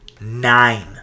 nine